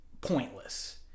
pointless